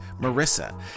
marissa